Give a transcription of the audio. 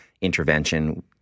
intervention